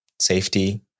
safety